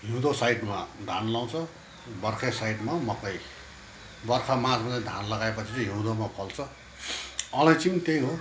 हिउँदो साइडमा धान लाउँछ वर्खा साइडमा मकै वर्खामाझमा चाहिँ धान लगायो पछि चाहिँ हिउँदमा फल्छ अलैँची पनि त्यही हो